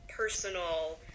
personal